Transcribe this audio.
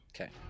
okay